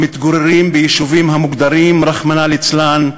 המתגוררים ביישובים המוגדרים, רחמנא ליצלן,